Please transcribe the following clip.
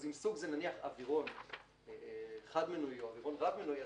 אז אם נניח שסוג זה אווירון חד מנועי או אווירון רב מנועי,